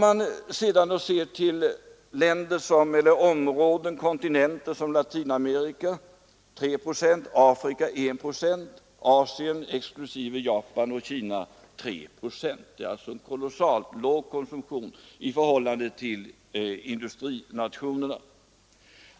Om man sedan ser till andra områden och kontinenter, så kan man notera att Latinamerika konsumerade 3 procent, Afrika 1 procent och Asien — exklusive Japan och Kina — 3 procent. Det är alltså en mycket låg konsumtion i förhållande till industrinationernas.